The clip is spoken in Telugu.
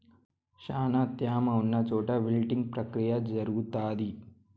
శ్యానా త్యామ ఉన్న చోట విల్టింగ్ ప్రక్రియ జరుగుతాది